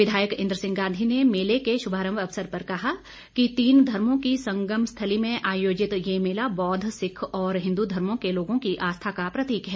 विधायक इंद्र सिंह गांधी ने मेले के शुभारंभ अवसर पर कहा कि तीन धर्मो की संगम स्थली में आयोजित ये मेला बौद्व सिक्ख और हिन्दू धर्मों के लोगों की आस्था का प्रतीक है